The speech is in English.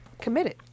committed